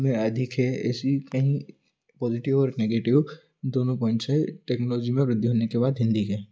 में अधिक है ऐसी कहीं पॉज़िटिव और निगेटिव दोनो पॉइंट्स है टेक्नोलॉजी में वृद्धि होने के बाद हिन्दी के